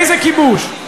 איזה כיבוש?